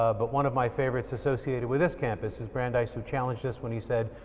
ah but one of my favorites associated with this campus is brandeis who challenged us when he said,